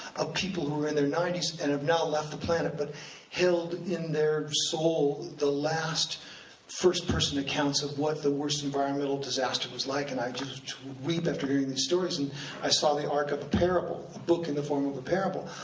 of people who were in their ninety s, and have now left the planet, but held in their soul the last first-person accounts of what the worst environmental disaster was like. and i'd just weep after hearing these stories, and i saw the arc of a parable, the book in the form of a parable.